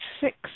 six